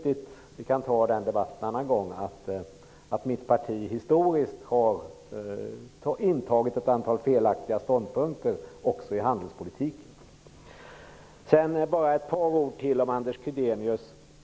Vi kan ta den debatten en annan gång, men visst är det riktigt att mitt parti historiskt sett har intagit ett antal felaktiga ståndpunkter också när det gäller handelspolitiken. Sedan ytterligare ett par ord om Anders Gydenius.